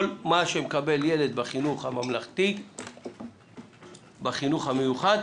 כל מה שמקבל ילד בחינוך הממלכתי בחינוך המיוחד,